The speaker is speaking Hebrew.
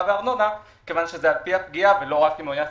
בארנונה כיוון שזה על-פי הפגיעה ולא רק אם הוא היה סגור.